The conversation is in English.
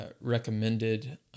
recommended